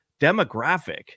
demographic